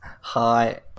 Hi